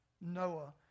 Noah